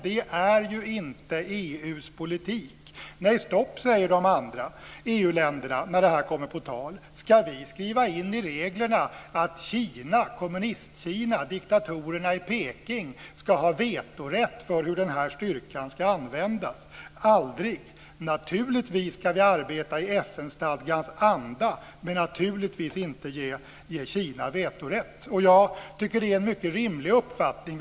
Det är inte EU:s politik. Nej, stopp, säger de andra EU-länderna när det kommer på tal. Ska vi skriva in i reglerna att Kina - Kommunistkina, diktatorerna i Beijing - ska ha vetorätt för den här styrkan ska användas? Aldrig. Vi ska arbeta i FN-stadgans anda, men vi ska naturligtvis inte ge Kina vetorätt. Jag tycker att det är en mycket rimlig uppfattning.